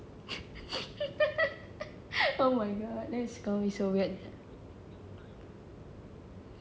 oh my god that is going to be so weird